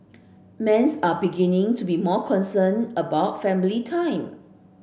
men's are beginning to be more concerned about family time